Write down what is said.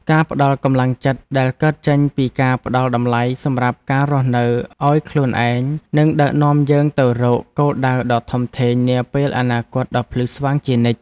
ការផ្ដល់កម្លាំងចិត្តដែលកើតចេញពីការផ្ដល់តម្លៃសម្រាប់ការរស់នៅឱ្យខ្លួនឯងនឹងដឹកនាំយើងទៅរកគោលដៅដ៏ធំធេងនាពេលអនាគតដ៏ភ្លឺស្វាងជានិច្ច។